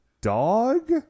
dog